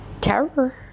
terror